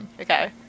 Okay